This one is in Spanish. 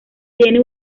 tiene